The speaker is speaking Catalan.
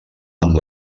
amb